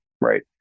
Right